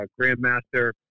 Grandmaster